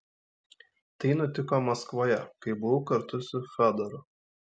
tai nutiko maskvoje kai buvau kartu su fiodoru